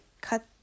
cut